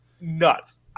nuts